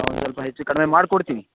ಒಂದು ಸ್ವಲ್ಪ ಹೆಚ್ಚು ಕಡಿಮೆ ಮಾಡ್ಕೊಡ್ತೀನಿ